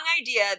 idea